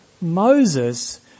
Moses